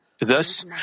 Thus